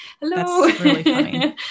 hello